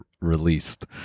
released